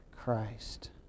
Christ